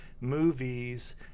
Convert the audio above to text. movies